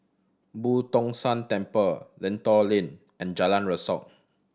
Boo Tong San Temple Lentor Lane and Jalan Rasok